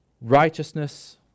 Righteousness